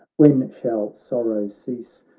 when shall sorrow cease!